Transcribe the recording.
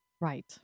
Right